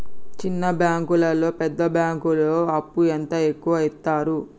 చిన్న బ్యాంకులలో పెద్ద బ్యాంకులో అప్పు ఎంత ఎక్కువ యిత్తరు?